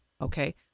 Okay